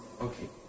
Okay